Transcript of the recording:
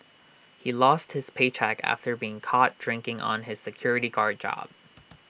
he lost his paycheck after being caught drinking on his security guard job